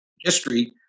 history